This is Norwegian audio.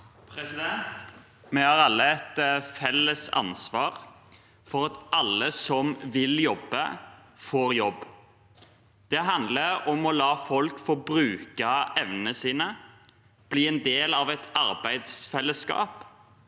Vi har alle et felles ansvar for at alle som vil jobbe, får jobb. Det handler om å la folk få bruke evnene sine, bli en del av et arbeidsfellesskap